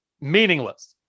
meaningless